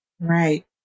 Right